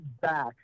back